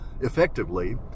effectively